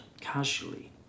casually